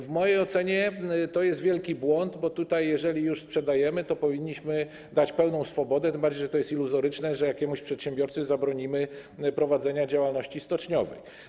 W mojej ocenie to jest wielki błąd, bo jeżeli już sprzedajemy, to powinniśmy dać pełną swobodę, tym bardziej że to jest iluzoryczne, że jakiemuś przedsiębiorcy zabronimy prowadzenia działalności stoczniowej.